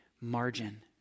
margin